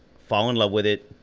fall in love with it,